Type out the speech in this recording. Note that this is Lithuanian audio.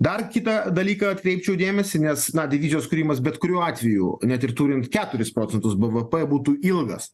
dar kitą dalyką atkreipčiau dėmesį nes na divizijos kūrimas bet kuriuo atveju net ir turint keturis procentus bvp būtų ilgas